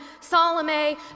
Salome